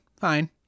Fine